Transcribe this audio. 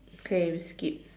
okay we skip